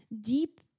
deep